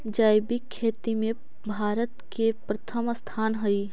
जैविक खेती में भारत के प्रथम स्थान हई